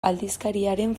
aldizkariaren